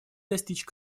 достичь